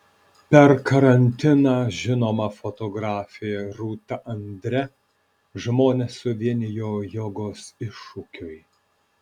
per karantiną žinoma fotografė rūta andre žmones suvienijo jogos iššūkiui